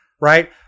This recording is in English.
right